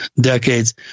decades